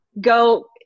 go